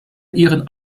ihren